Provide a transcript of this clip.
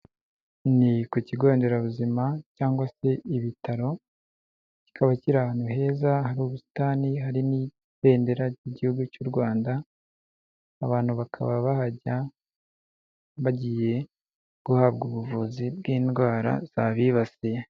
Ni ku kigo nderabuzima cyangwa se ibitaro, kikaba kiri ahantu heza hari ubusitani hari n'ibendera ry'igihugu cy'u Rwanda, abantu bakaba bahajya bagiye guhabwa ubuvuzi bw'indwara zabibasiye.